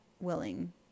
willing